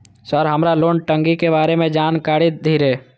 Sir हमरा loan टंगी के बारे में जान कारी धीरे?